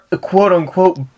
quote-unquote